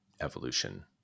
evolution